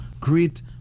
great